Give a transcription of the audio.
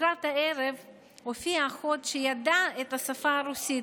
לקראת הערב הופיעה אחות שידעה את השפה הרוסית.